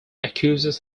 accuses